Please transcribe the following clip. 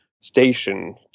station